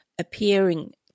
appearing